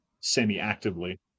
semi-actively